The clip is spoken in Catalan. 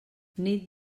nit